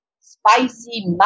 spicy